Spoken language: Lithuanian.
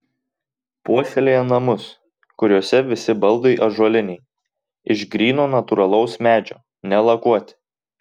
puoselėja namus kuriuose visi baldai ąžuoliniai iš gryno natūralaus medžio nelakuoti